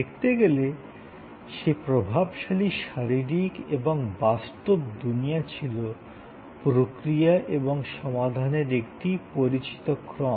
দেখতে গেলে সেই প্রভাবশালী শারীরিক এবং বাস্তব দুনিয়া ছিল প্রক্রিয়া এবং সমাধানের একটি পরিচিত ক্রম